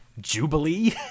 jubilee